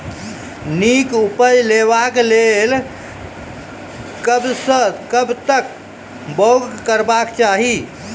नीक उपज लेवाक लेल कबसअ कब तक बौग करबाक चाही?